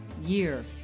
year